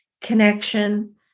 connection